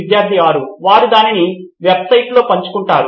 విద్యార్థి 6 వారు దానిని వెబ్సైట్లో పంచుకుంటారు